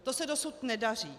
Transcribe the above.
To se dosud nedaří.